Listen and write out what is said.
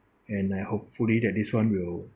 and I hopefully that this [one] will